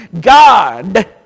God